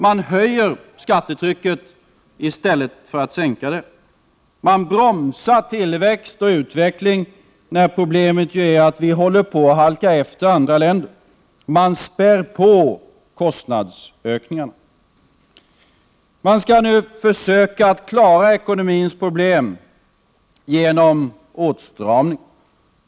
Man höjer skattetrycket i stället för att sänka det. Man bromsar tillväxt och utveckling, när problemet är att vi håller på att halka efter andra länder. Man späder på kostnadsökningarna. Man skall nu försöka att klara ekonomins problem genom åtstramning.